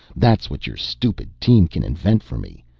that's what your stupid team can invent for me!